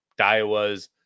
Daiwas